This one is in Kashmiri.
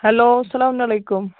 ہیلو السلامُن علیکُم